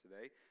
today